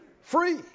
Free